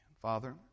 Father